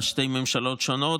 בשתי ממשלות שונות,